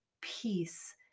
peace